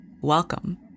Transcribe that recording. Welcome